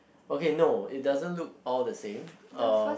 okay no it doesn't look all the same uh